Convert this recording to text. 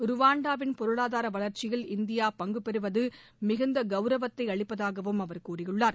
ருவாண்டாவின் பொருளாதார வளர்ச்சியில் இந்தியா பங்கு பெறுவது மிகுந்த கௌரவத்தை அளிப்பதாகவும் அவர் கூறியுள்ளார்